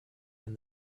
and